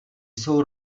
jsou